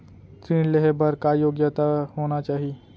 ऋण लेहे बर का योग्यता होना चाही?